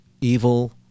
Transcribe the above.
evil